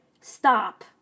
stop